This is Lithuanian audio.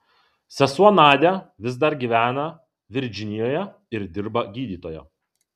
sesuo nadia vis dar gyvena virdžinijoje ir dirba gydytoja